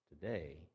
today